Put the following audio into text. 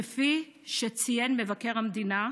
כפי שציין מבקר המדינה,